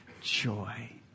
joy